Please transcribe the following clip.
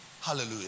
Hallelujah